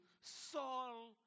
Saul